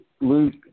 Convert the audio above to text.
Luke